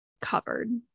covered